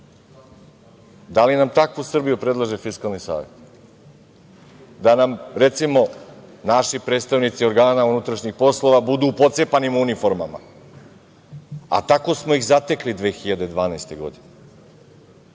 Da li nam takvu Srbiju predlaže Fiskalni savet? Da nam, recimo, naši predstavnici organa unutrašnjih poslova budu u pocepanim uniformama? A tako smo ih zatekli 2012. godine,